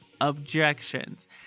objections